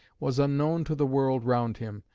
was unknown to the world round him,